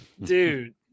dude